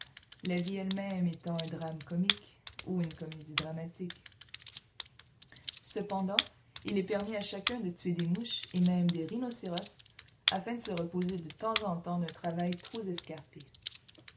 la vie elle-même étant un drame comique ou une comédie dramatique cependant il est permis à chacun de tuer des mouches et même des rhinocéros afin de se reposer de temps en temps d'un travail trop escarpé